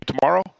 tomorrow